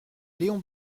léon